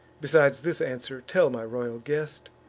besides this answer, tell my royal guest,